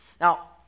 Now